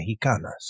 mexicanas